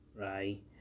right